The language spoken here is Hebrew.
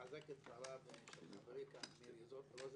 לחזק את דבריו של חבר הכנסת רוזנטל.